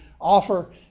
offer